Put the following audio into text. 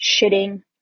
shitting